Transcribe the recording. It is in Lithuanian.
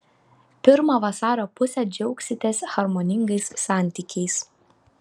pirmą vasario pusę džiaugsitės harmoningais santykiais